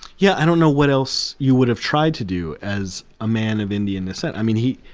yeah, i don't know what else you would have tried to do as a man of indian descent. i mean he,